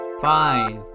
five